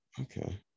okay